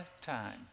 time